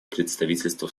представительства